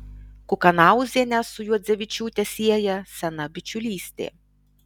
kukanauzienę su juodzevičiūte sieja sena bičiulystė